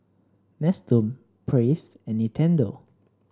Nestum Praise and Nintendo